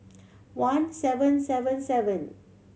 one seven seven seven